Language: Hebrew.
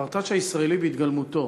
הפרטאץ' הישראלי בהתגלמותו.